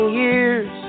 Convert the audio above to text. years